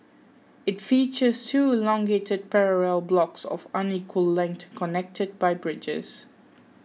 it features two elongated parallel blocks of unequal length connected by bridges